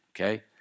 okay